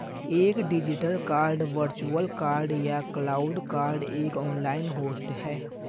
एक digital card virtual card या cloud card एक ऑनलाइन होस्ट है